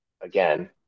again